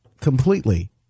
completely